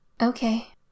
Okay